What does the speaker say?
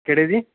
ਕਿਹੜੇ ਜੀ